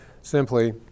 simply